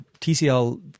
TCL